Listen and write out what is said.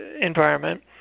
environment